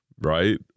Right